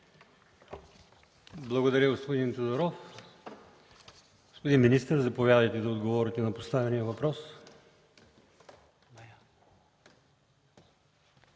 Благодаря, господин Тодоров. Господин министър, заповядайте да отговорите на поставения въпрос.